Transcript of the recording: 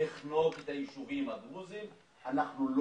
לחנוק את היישובים הדרוזיים אנחנו לא